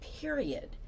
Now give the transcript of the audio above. period